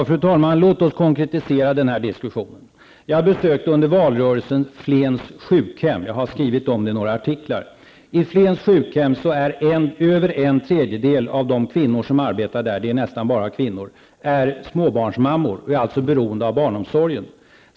Fru talman! Låt oss konkretisera den här diskussionen. Under valrörelsen besökte jag Flens sjukhem -- jag har skrivit om detta besök i några artiklar. Vid Flens sjukhem är över en tredjedel av den kvinnliga personalen småbarnsmammor -- det är nästan bara kvinnor som arbetar där -- som är beroende av barnomsorg.